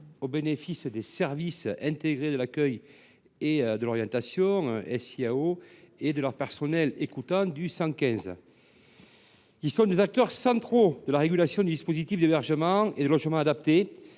au bénéfice des services intégrés d’accueil et d’orientation (SIAO) et de leur personnel écoutant, qui anime le 115. Ces services sont des acteurs centraux de la régulation du dispositif d’hébergement et de logement adapté